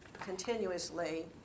continuously